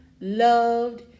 Loved